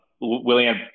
William